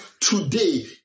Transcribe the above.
today